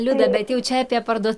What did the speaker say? liuda bet jau čia apie parduo